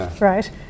right